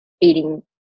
eating